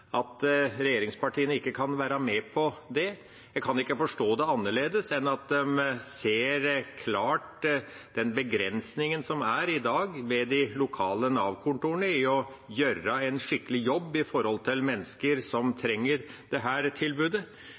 at regjeringspartiene ikke kan være med på det. Jeg kan ikke forstå det annerledes enn at de ser klart den begrensningen som er i dag ved de lokale Nav-kontorene i å gjøre en skikkelig jobb med hensyn til mennesker som trenger dette tilbudet.